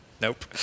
nope